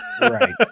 right